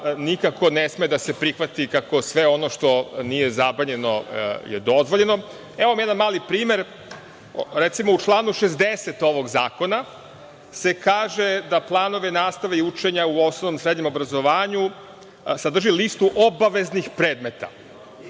nikako ne sme da se prihvati kako sve ono što nije zabranjeno je dozvoljeno. Evo vam jedan mali primer. Recimo, u članu 60. ovog zakona se kaže da planovi nastave i učenja u osnovnom i srednjem obrazovanju sadrži listu obaveznih predmeta.